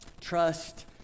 Trust